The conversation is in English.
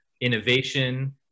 innovation